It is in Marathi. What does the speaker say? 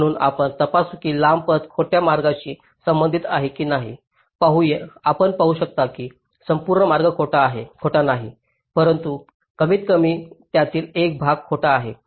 म्हणून आपण तपासू की लांब पथ खोट्या मार्गाशी संबंधित आहेत की नाही आपण पाहू शकता की संपूर्ण मार्ग खोटा नाही परंतु कमीतकमी त्यातील एक भाग खोटा आहे